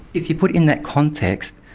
if you put in that context,